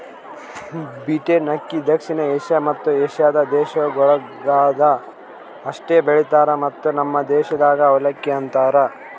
beaten ಅಕ್ಕಿ ದಕ್ಷಿಣ Asia ಮತ್ತ ಏಷ್ಯಾದ ದೇಶಗೊಳ್ದಾಗ್ ಅಷ್ಟೆ ಬೆಳಿತಾರ್ ಮತ್ತ ನಮ್ ದೇಶದಾಗ್ ಅವಲಕ್ಕಿ ಅಂತರ್